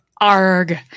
ARG